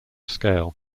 scale